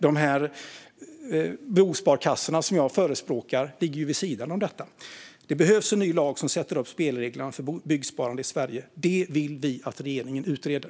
De bosparkassor som jag förespråkar ligger ju vid sidan om detta. Det behövs en ny lag som sätter upp spelreglerna för byggsparande i Sverige. Det vill vi att regeringen utreder.